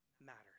matters